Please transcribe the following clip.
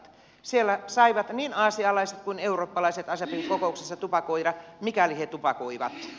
siellä saivat niin aasialaiset kuin eurooppalaiset asepin kokouksessa tupakoida mikäli he tupakoivat